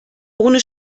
ohne